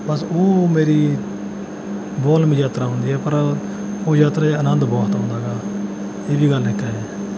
ਬਸ ਉਹ ਮੇਰੀ ਬਹੁਤ ਲੰਬੀ ਯਾਤਰਾ ਹੁੰਦੀ ਹੈ ਪਰ ਉਹ ਯਾਤਰਾ 'ਚ ਅਨੰਦ ਬਹੁਤ ਆਉਂਦਾ ਗਾ ਇਹ ਵੀ ਗੱਲ ਇੱਕ ਹੈ